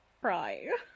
cry